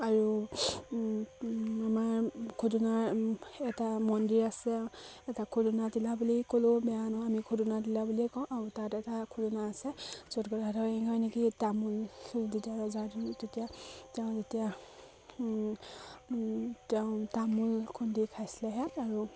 আৰু আমাৰ খুদনা এটা মন্দিৰ আছে এটা খুদনা তিলা বুলি ক'লেও বেয়া নহয় আমি খুদুনা তিলা বুলিয়ে কওঁ আৰু তাত এটা খুদুনা আছে য'ত গদাধৰ সিংহই নেকি তামোল যেতিয়া ৰজাৰ দিনত তেতিয়া তেওঁ যেতিয়া তেওঁ তামোল খুন্দি খাইছিলে সেয়াত আৰু